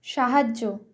সাহায্য